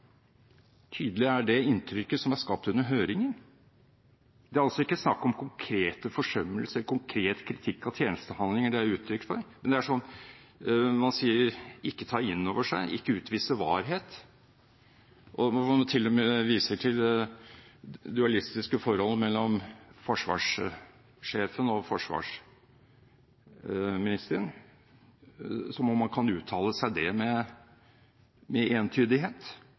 tydelig er det inntrykket som er skapt under høringen. Det er altså ikke snakk om konkrete forsømmelser, det er ikke en konkret kritikk av tjenestehandlinger det er uttrykk for, men hvor man sier: ikke «tar innover seg», ikke utviser varhet, og hvor man til og med viser til dualistiske forhold mellom forsvarssjefen og forsvarsministeren, som om man kan uttale seg entydig om det,